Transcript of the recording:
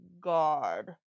God